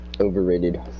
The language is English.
overrated